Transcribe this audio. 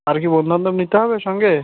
আর কি বন্ধু বান্ধব নিতে হবে সঙ্গে